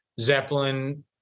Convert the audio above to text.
Zeppelin